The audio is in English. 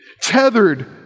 tethered